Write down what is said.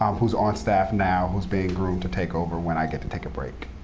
um who's on staff now who is being groomed to take over when i get to take a break.